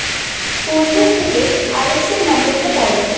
phonebook থেকে আলেক্সের নম্বরটা পড়ো